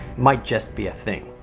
might just be a thing.